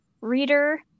reader